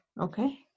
okay